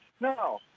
No